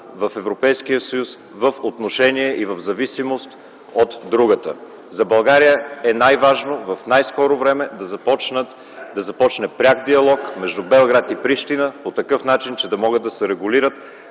в Европейския съюз, в отношение и в зависимост от другата. За България е най-важно в най-скоро време да започне пряк диалог между Белград и Прищина по такъв начин, че да могат да се регулират